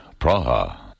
Praha